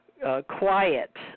Quiet